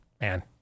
man